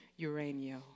uranio